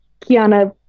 Kiana